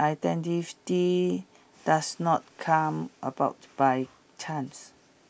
identity does not come about by chance